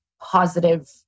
positive